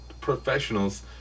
professionals